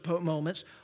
moments